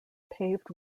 paved